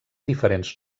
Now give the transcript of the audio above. diferents